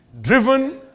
Driven